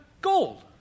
gold